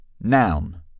noun